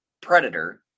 Predator